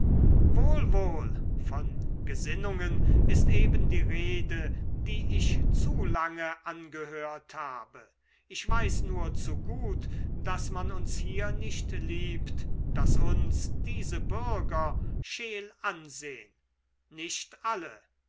wohl von gesinnungen ist eben die rede die ich zu lange angehört habe ich weiß nur zu gut daß man uns hier nicht liebt daß uns diese bürger scheel ansehn nicht alle